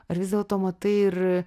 ar vis dėlto matai ir